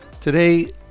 Today